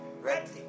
Ready